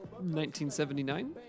1979